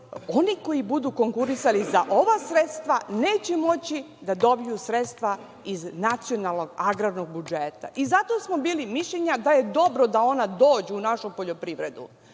oni koji budu konkurisali za ova sredstva neće moći da dobiju sredstva iz nacionalnog agrarnog budžeta. Zato smo bili mišljenja da je dobro da ona dođu u našu poljoprivredu.